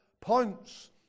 points